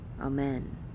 Amen